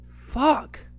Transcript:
Fuck